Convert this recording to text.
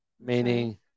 meaning